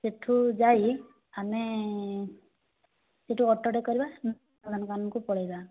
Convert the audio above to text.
ସେଠୁ ଯାଇ ଆମେ ସେଠୁ ଅଟୋଟେ କରିବା ନନ୍ଦନକାନନକୁ ପଳେଇବା